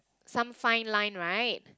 some fine line right